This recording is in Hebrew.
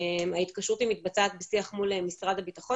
ההתקשרות מתבצעת בשיח מול משרד הבטחון,